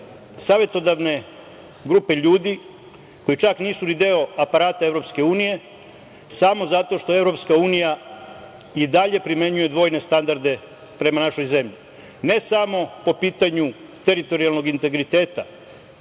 savetodavne grupe ljudi koji čak nisu ni deo aparata EU samo zato što EU i dalje primenjuje dvojne standarde prema našoj zemlji, ne samo po pitanju teritorijalnog integriteta